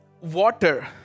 water